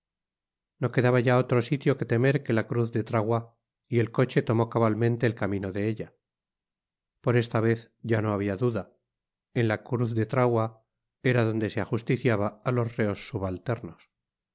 no quedaba ya otro sitio que temer que la cruz del trahoir y el coche tomó cabalmente el camino de ella por esta vez ya no habia duda en la cruz del trahoir era donde se ajusticiaba á los reos subalternos